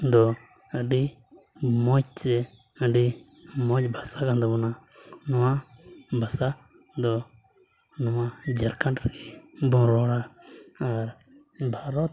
ᱫᱚ ᱟᱹᱰᱤ ᱢᱚᱡᱽ ᱥᱮ ᱟᱹᱰᱤ ᱢᱚᱡᱽ ᱵᱷᱟᱥᱟ ᱠᱟᱱ ᱛᱟᱵᱚᱱᱟ ᱱᱚᱣᱟ ᱵᱷᱟᱥᱟ ᱫᱚ ᱱᱚᱣᱟ ᱡᱷᱟᱲᱠᱷᱚᱸᱰ ᱨᱮᱜᱮ ᱵᱚᱱ ᱨᱚᱲᱟ ᱟᱨ ᱵᱷᱟᱨᱚᱛ